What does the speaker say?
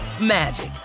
magic